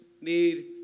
need